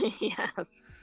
yes